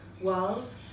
world